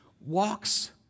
walks